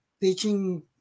teaching